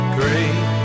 great